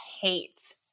hate